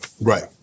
Right